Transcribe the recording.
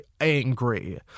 angry